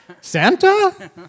Santa